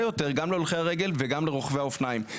יותר גם להולכי הרגל וגם להולכי האופניים.